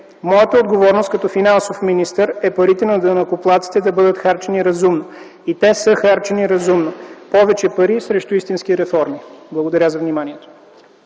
Моята отговорност като финансов министър е парите на данъкоплатците да бъдат харчени разумно. И те са харчени разумно – повече пари срещу истински реформи. Благодаря.